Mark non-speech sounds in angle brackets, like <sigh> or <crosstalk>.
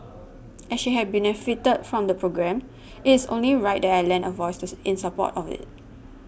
as she had benefited from the programme it is only right that I lend a voice <unintelligible> in support of it